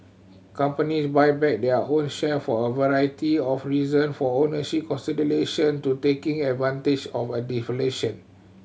companies buy back their own share for a variety of reason for ownership consolidation to taking advantage of undervaluation